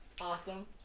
awesome